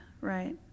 right